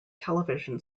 television